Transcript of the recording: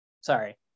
sorry